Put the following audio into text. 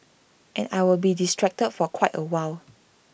and I will be distracted for quite A while